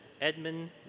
Edmund